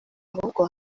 ahubwo